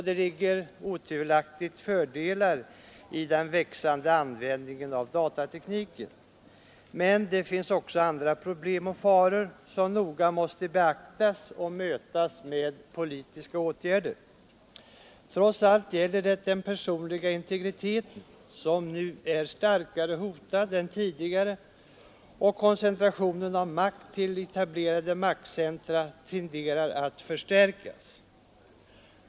Det ligger otvivelaktigt fördelar i den växande användningen av datatekniken, men det finns andra problem och faror som noga måste beaktas och mötas med politiska åtgärder. Trots allt gäller det den personliga integriteten som nu är starkare hotad än tidigare, och koncentrationen av makt till etablerade maktcentra tenderar att förstärkas.